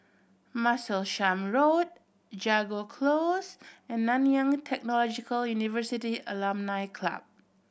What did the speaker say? Martlesham Road Jago Close and Nanyang Technological University Alumni Club